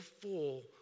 full